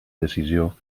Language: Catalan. decisió